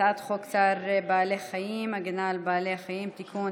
הצעת חוק צער בעלי חיים (הגנה על בעלי חיים) (תיקון,